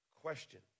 Question